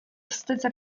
wstydzę